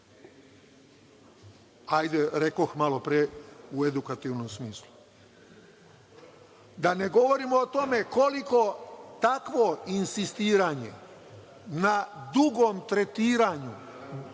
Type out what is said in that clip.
rekoh malo pre, u edukativnom smislu. Da ne govorim o tome koliko takvo insistiranje na dugom tretiranju